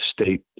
state